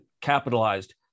capitalized